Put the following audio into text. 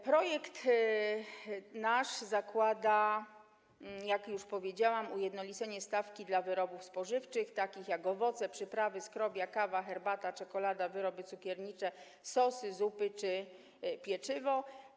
Projekt nasz zakłada, jak już powiedziałam, ujednolicenie stawki dla wyrobów spożywczych, takich jak: owoce, przyprawy, skrobia, kawa, herbata, czekolada, wyroby cukiernicze, sosy, zupy czy pieczywo.